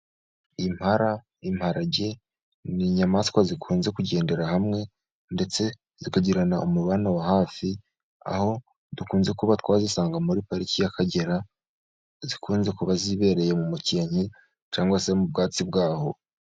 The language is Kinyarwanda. Impara, imparage ni inyamaswa zikunze kugendera hamwe, ndetse zikagirana umubano wa hafi aho dukunze kuba twazisanga muri pariki y'akagera, zikunze kuba zibereye mu mukenke cyangwa se mu bwatsi bwaho.